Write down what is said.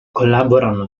collaborano